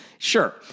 Sure